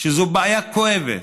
שזו בעיה כואבת.